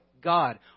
God